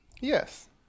Yes